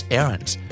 errands